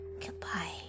Goodbye